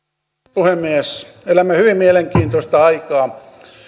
puhemies elämme hyvin mielenkiintoista aikaa